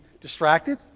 distracted